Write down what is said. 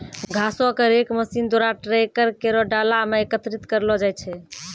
घासो क rake machine द्वारा ट्रैकर केरो डाला म एकत्रित करलो जाय छै